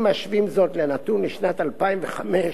אם משווים זאת לנתון משנת 2005,